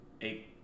eight